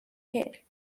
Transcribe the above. hair